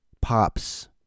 Pops